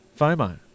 FOMO